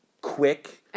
quick